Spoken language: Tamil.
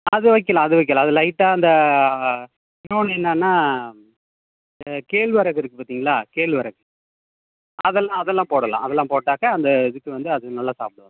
அது வைக்கலாம் அது வைக்கலாம் அது லைட்டாக அந்த இன்னோன்னு என்னான்னா இந்த கேழ்வரகு இருக்குது பார்த்தீங்களா கேழ்வரகு அதெல்லாம் அதெல்லாம் போடலாம் அதெல்லாம் போட்டாக்கா அந்த இதுக்கு வந்து அது நல்லா சாப்பிடுங்க